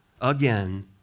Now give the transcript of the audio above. again